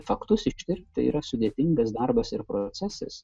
faktus ištirti yra sudėtingas darbas ir procesas